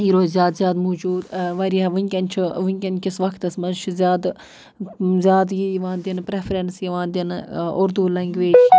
یہِ روزِ زیادٕ زیادٕ موٗجوٗد واریاہ ونکٮ۪ن چھُ وٕنکٮ۪ن کِس وَقتَس منٛز چھِ زیادٕ زیادٕ یی یِوان دِنہٕ پرٛٮ۪فرنٕس یِوان دِنہٕ اُردوٗ لینٛگویج